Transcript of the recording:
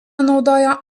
naudojo